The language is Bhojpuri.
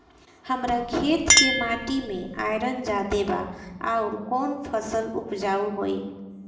हमरा खेत के माटी मे आयरन जादे बा आउर कौन फसल उपजाऊ होइ?